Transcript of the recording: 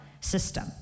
system